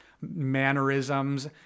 mannerisms